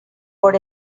por